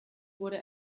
wurde